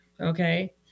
okay